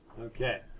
Okay